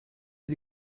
les